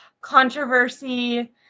controversy